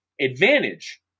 advantage